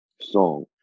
song